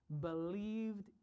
believed